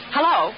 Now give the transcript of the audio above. Hello